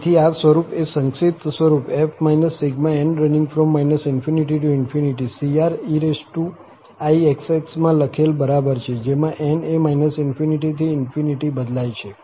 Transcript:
તેથી આ સ્વરૂપ એ સંક્ષિપ્ત સ્વરૂપ f ∑n ∞ creixx માં લખેલ બરાબર છે જેમાં n એ ∞ થી બદલાય છે